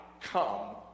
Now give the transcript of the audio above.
come